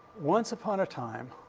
once upon a time,